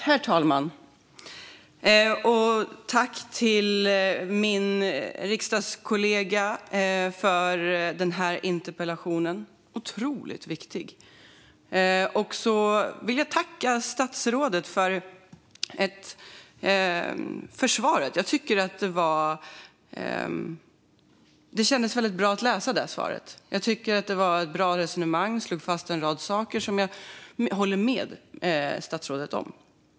Herr talman! Jag vill tacka min riksdagskollega för denna otroligt viktiga interpellation. Jag vill också tacka statsrådet för svaret. Det kändes bra att höra. Det var ett bra resonemang. Det slogs fast en rad saker som jag håller med statsrådet om.